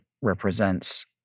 represents